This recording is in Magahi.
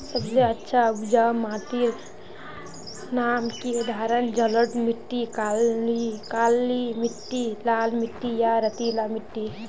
सबसे अच्छा उपजाऊ माटिर नाम की उदाहरण जलोढ़ मिट्टी, काली मिटटी, लाल मिटटी या रेतीला मिट्टी?